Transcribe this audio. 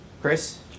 Chris